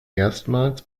erstmals